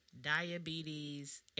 diabetes